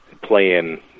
playing